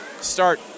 start